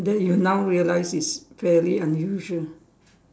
that you now realize is fairly unusual